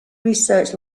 research